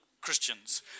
Christians